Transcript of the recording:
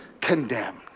condemned